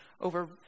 over